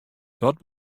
dat